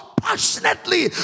passionately